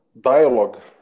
Dialogue